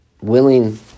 willing